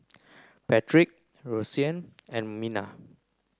Patric Roseanne and Mina